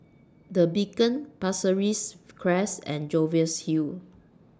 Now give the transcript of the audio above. The Beacon Pasir Ris Crest and Jervois Hill